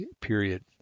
period